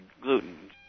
gluten